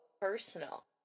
personal